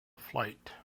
fight